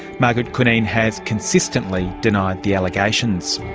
margaret cunneen has consistently denied the allegations.